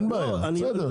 אין בעיה, בסדר.